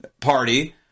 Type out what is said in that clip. Party